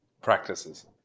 practices